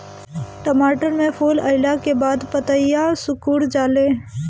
टमाटर में फूल अईला के बाद पतईया सुकुर जाले?